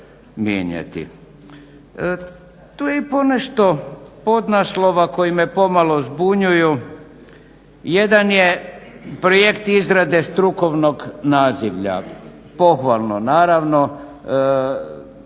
Tu je i ponešto podnaslova koji me pomalo zbunjuju, jedan je projekti izrade strukovnog nazivlja. Pohvalno naravno.